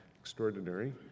extraordinary